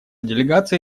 делегация